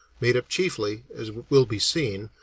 made up chiefly, as will be seen,